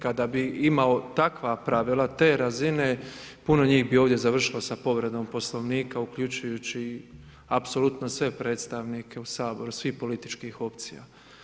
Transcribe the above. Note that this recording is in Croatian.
Kada bi imao takva pravila te razine puno njih bi ovdje završilo sa povredom Poslovnika, uključujući apsolutno sve predstavnike u Saboru, svih političkih opcija.